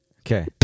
Okay